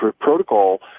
protocol